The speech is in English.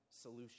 solution